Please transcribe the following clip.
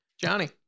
Johnny